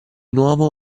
nuovo